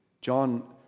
John